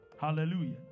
Hallelujah